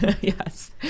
Yes